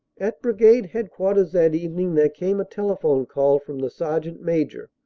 at brigade headquarters that evening there came a tele phone call from the sergeant-major.